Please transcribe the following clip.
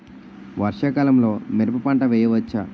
వర్షాకాలంలో మిరప పంట వేయవచ్చా?